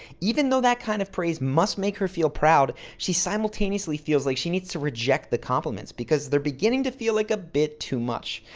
even though that kind of praise must make her feel proud, she simultaneously feels like she needs to reject the compliments because they're beginning to feel like a bit too much.